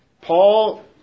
Paul